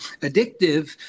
addictive